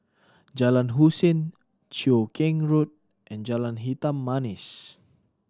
Jalan Hussein Cheow Keng Road and Jalan Hitam Manis